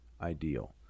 ideal